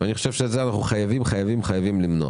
אני חושב שאת זה אנחנו חייבים ממש למנוע.